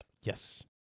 Yes